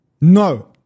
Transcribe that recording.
No